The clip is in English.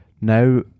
now